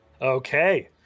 Okay